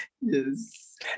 Yes